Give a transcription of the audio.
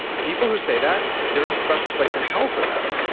the people who say that, there's a special place in hell for them.